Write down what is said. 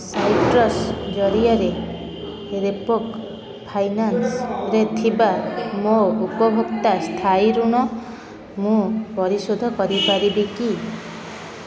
citrus ଜରିଆରେ Repco finance ରେ ଥିବା ମୋ ଉପଭୋକ୍ତା ସ୍ଥାୟୀ ଋଣ ମୁଁ ପରିଶୋଧ କରିପାରିବି କି